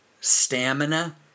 stamina